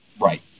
Right